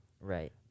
Right